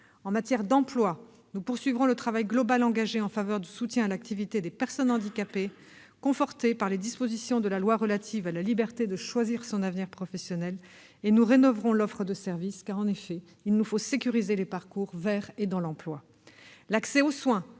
en matière d'emploi, nous poursuivrons le travail global engagé en faveur du soutien à l'activité des personnes handicapées, conforté par les dispositions de la loi du 5 septembre 2018 pour la liberté de choisir son avenir professionnel, et nous rénoverons l'offre de services pour sécuriser les parcours vers et dans l'emploi. En quatrième